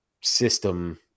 system